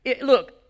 look